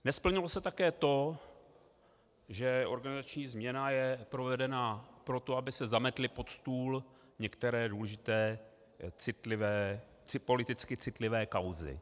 Nesplnilo se také to, že organizační změna je provedena proto, aby se zametly pod stůl některé důležité, citlivé, politicky citlivé kauzy.